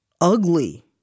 ugly